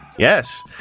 Yes